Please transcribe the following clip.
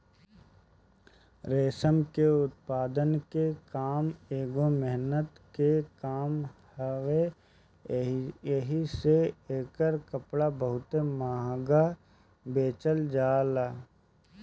रेशम के उत्पादन के काम एगो मेहनत के काम हवे एही से एकर कपड़ा बहुते महंग बेचल जाला